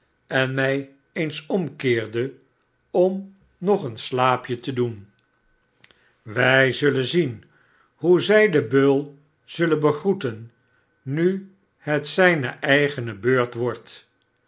en mij eens omkeerde om nog een slaapje te doen wij zullen zien hoe zij den beul zullen begroeten nu het zijneeigene beurt wordt